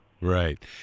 Right